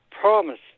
promise